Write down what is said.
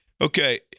Okay